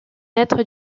être